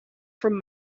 from